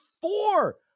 four